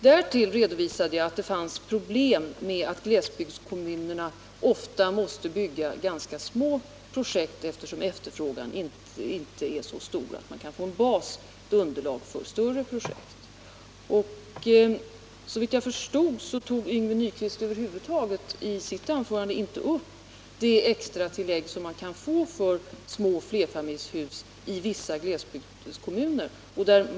Därtill redovisade jag att det finns problem med att glesbygdskommunerna ofta måste bygga ganska små projekt, eftersom efterfrågan inte är så stor att man »kan få ett underlag för större projekt. Såvitt jag förstod tog Yngve Nyquist i sitt anförande över huvud taget inte upp det extra tillägg som man i vissa glesbygdskommuner kan få för små flerfamiljshus.